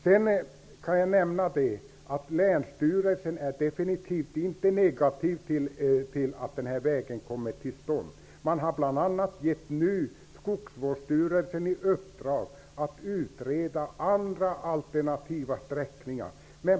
Jag kan nämna att länsstyrelsen definitivt inte är negativ till att vägen kommer till stånd. Man har bl.a. gett Skogsvårdsstyrelsen i uppdrag att utreda alternativa sträckningar.